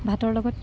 ভাতৰ লগত